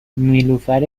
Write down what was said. نیلوفر